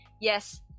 yes